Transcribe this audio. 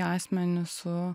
asmenį su